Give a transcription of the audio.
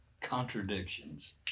Contradictions